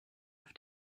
auf